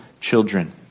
children